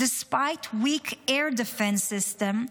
despite weak air defense systems,